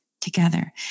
together